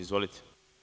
Izvolite.